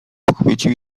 pochwycił